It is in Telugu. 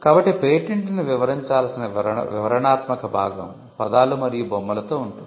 కాబట్టి పేటెంట్ ను వివరించాల్సిన వివరణాత్మక భాగం పదాలు మరియు బొమ్మలలో ఉంటుంది